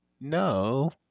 No